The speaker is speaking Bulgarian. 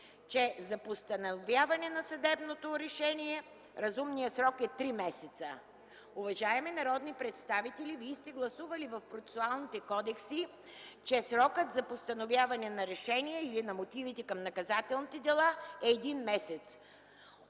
че за постановяване на съдебното решение разумният срок е три месеца. Уважаеми народни представители, вие сте гласували в процесуалните кодекси, че срокът за постановяване на решение и на мотивите към наказателни дела е един месец.